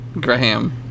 Graham